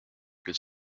could